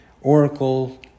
oracle